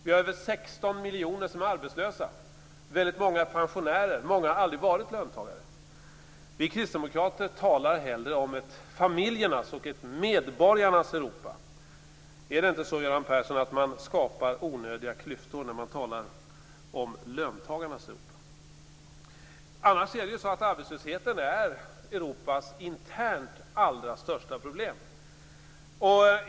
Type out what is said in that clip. Vi har över 16 miljoner som är arbetslösa och väldigt många pensionärer. Många har aldrig varit löntagare. Vi kristdemokrater talar hellre om ett familjernas och ett medborgarnas Europa. Är det inte så, Göran Persson, att man skapar onödiga klyftor när man talar om löntagarnas Europa? Annars är arbetslösheten Europas internt allra största problem.